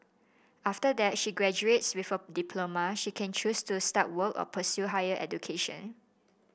after that she graduates with a diploma she can choose to start work or pursue higher education